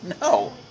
no